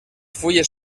fulles